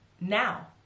now